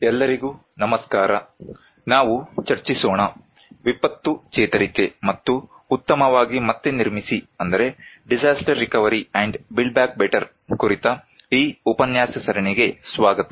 ಎಲ್ಲರಿಗೂ ನಮಸ್ಕಾರ ನಾವು ಚರ್ಚಿಸೋಣ ವಿಪತ್ತು ಚೇತರಿಕೆ ಮತ್ತು ಉತ್ತಮವಾಗಿ ಮತ್ತೆ ನಿರ್ಮಿಸಿ ಕುರಿತ ಈ ಉಪನ್ಯಾಸ ಸರಣಿಗೆ ಸ್ವಾಗತ